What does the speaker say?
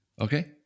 okay